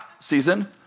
season